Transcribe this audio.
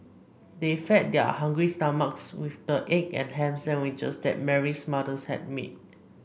they fed their hungry stomachs with the egg and ham sandwiches that Mary's mother had made